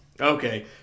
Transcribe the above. okay